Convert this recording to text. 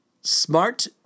smart